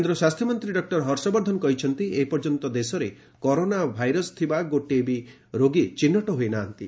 କେନ୍ଦ୍ର ସ୍ୱାସ୍ଥ୍ୟ ମନ୍ତ୍ରୀ ଡକ୍ଟର ହର୍ଷବର୍ଦ୍ଧନ କହିଛନ୍ତି ଏ ପର୍ଯ୍ୟନ୍ତ ଦେଶରେ କରୋନା ଭାଇରସ ଥିବା ଗୋଟିଏ ବି ରୋଗୀ ଚିହ୍ନଟ ହୋଇନାହାନ୍ତି